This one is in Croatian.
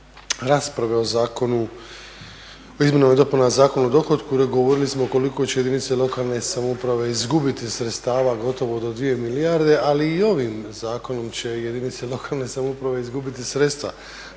zakonu, o izmjenama i dopunama Zakona o dohotku, govorili smo koliko će jedinice lokalne samouprave izgubiti sredstava gotovo do 2 milijarde. Ali i ovim zakonom će jedinice lokalne samouprave izgubiti sredstva.